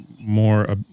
more –